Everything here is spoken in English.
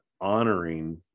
honoring